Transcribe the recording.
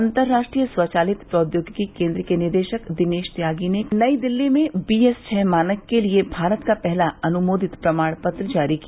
अंतर्राष्ट्रीय स्वचालित प्रौद्योगिकी केंद्र के निदेशक दिनेश त्यागी ने नई दिल्ली में बीएस छः मानक के लिए भारत का पहला अनुमोदित प्रमाण पत्र जारी किया